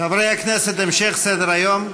חברי הכנסת, המשך סדר-היום.